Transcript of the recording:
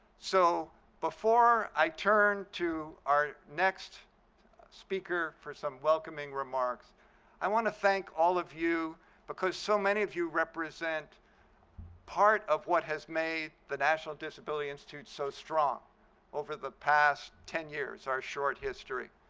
so before i turn to our next speaker for some welcoming remarks i want to thank all of you because so many of you represent part of what has made the national disability institute so strong over the past ten years, our short history.